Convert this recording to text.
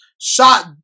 shot